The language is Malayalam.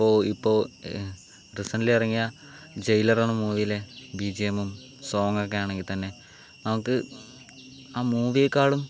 ഇപ്പോൾ ഇപ്പോൾ റീസെന്റ്ലി ഇറങ്ങിയ ജയിലെർ എന്ന മൂവിയിലെ ബി ജി എമ്മും സോങ്ങ് ഒക്കെ ആണെങ്കിൽത്തന്നെ നമുക്ക് ആ മൂവിയെക്കാളും